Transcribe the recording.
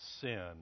sin